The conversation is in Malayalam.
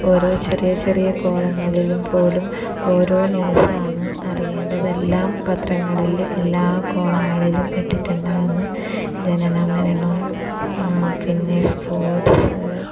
ഓരോ ചെറിയ ചെറിയ കോളങ്ങളിലും പോലും ഓരോ ന്യൂസ് ആണ് അറിയേണ്ടതെല്ലാം പത്രങ്ങളിൽ എല്ലാ കോളങ്ങളിലും ഇട്ടിട്ടുണ്ടായിരുന്നു ജനന മരണം പിന്നെ സ്പോർട്സ്